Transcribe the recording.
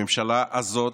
לממשלה הזאת,